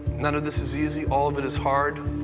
none of this is easy, all of it is hard,